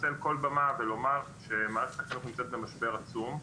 לנצל כל במה ולומר שמערכת החינוך נמצאת במשבר עצום,